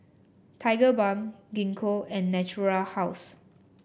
Tigerbalm Gingko and Natura House